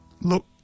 look